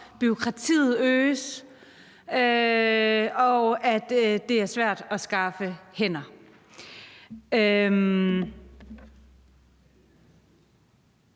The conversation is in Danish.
at bureaukratiet øges, og at det er svært at skaffe hænder.